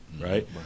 right